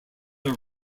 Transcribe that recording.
are